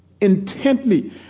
intently